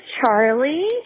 Charlie